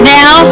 now